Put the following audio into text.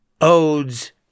odes